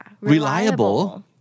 Reliable